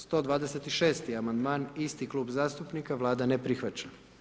126. amandman isti klub zastupnika, Vlada ne prihvaća.